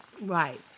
Right